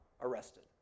arrested